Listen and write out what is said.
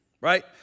Right